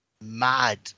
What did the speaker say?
mad